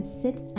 sit